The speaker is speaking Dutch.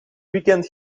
weekend